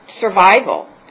survival